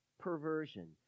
perversion